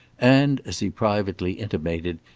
and, as he privately intimated,